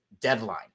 deadline